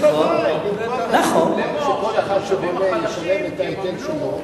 לאמור שהתושבים החלשים יממנו את,